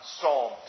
Psalm